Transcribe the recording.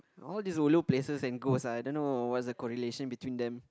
all these ulu places and ghost ah I don't know what's the correlation between them